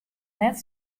net